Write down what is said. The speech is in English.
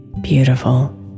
beautiful